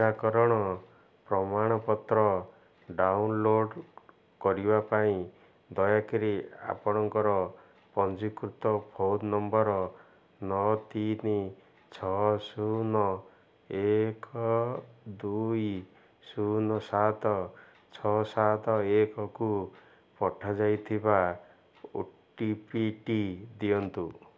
ଟିକାକରଣ ପ୍ରମାଣପତ୍ର ଡାଉନଲୋଡ଼୍ କରିବା ପାଇଁ ଦୟାକରି ଆପଣଙ୍କର ପଞ୍ଜୀକୃତ ଫୋନ୍ ନମ୍ବର୍ ନଅ ତିନି ଛଅ ଶୂନ ଏକ ଦୁଇ ଶୂନ ସାତ ଛଅ ସାତ ଏକକୁ ପଠାଯାଇଥିବା ଓଟିପିଟି ଦିଅନ୍ତୁ